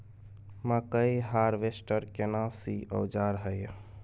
मकई हारवेस्टर केना सी औजार हय?